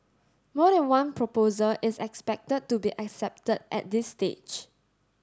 more than one proposal is expected to be accepted at this stage